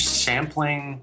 sampling